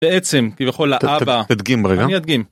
בעצם כביכול לאבא, תדגים רגע, אני אדגים.